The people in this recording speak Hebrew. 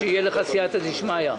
שיהיה לך סיעתא דשמיא.